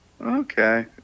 okay